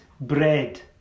bread